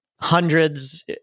hundreds